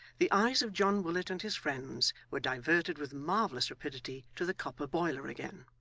the eyes of john willet and his friends were diverted with marvellous rapidity to the copper boiler again.